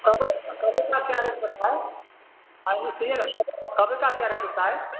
کبئی آ کبئی کا کیا ریٹ بتایا سنیے نا کبئی کا کیا ریٹ بتائے